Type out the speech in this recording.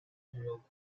hale